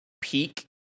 peak –